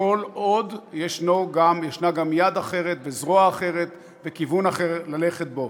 כל עוד יש גם יד אחרת וזרוע אחרת וכיוון אחר ללכת בו.